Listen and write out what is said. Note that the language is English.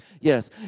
yes